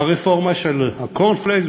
הרפורמה של הקורנפלקס,